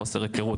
חוסר היכרות,